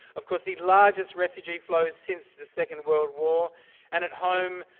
of course, the largest refugee flows since the second world war and at home,